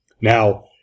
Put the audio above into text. Now